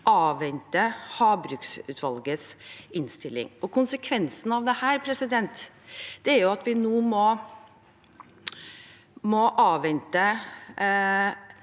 avvente havbruksutvalgets innstilling. Konsekvensen av dette er at vi nå må avvente